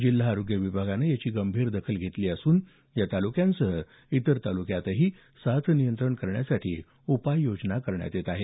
जिल्हा आरोग्य विभागाने याची गंभीर दखल घेतली असून या तालुक्यासह इतर तालुक्यात देखील साथ नियंत्रण करण्यासाठी उपाय योजना करण्यात येत आहे